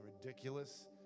ridiculous